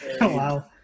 wow